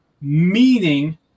meaning